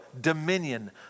dominion